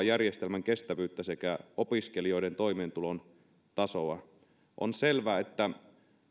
järjestelmän kestävyyttä sekä opiskelijoiden toimeentulon tasoa on selvää että